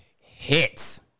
hits